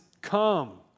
come